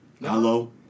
Hello